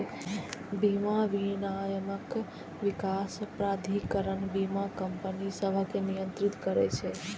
बीमा विनियामक विकास प्राधिकरण बीमा कंपनी सभकें नियंत्रित करै छै